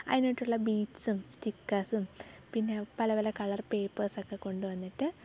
അതിനായിട്ടുള്ള ബീഡ്സ്സും സ്റ്റിക്കേഴ്സും പിന്നെ പല പല കളർ പേപ്പേഴ്സ് ഒക്കെ കൊണ്ട് വന്നിട്ട്